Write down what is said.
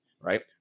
right